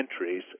entries